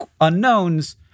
unknowns